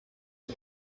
for